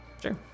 Sure